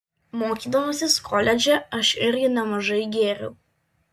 mokydamasis koledže aš irgi nemažai gėriau